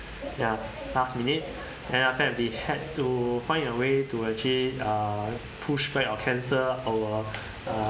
ya last minute then after that we had to find a way to actually uh push back or cancel our uh